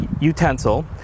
utensil